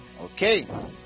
okay